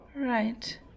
Right